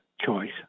choice